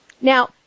Now